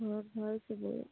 ঘৰত ভাল চবৰে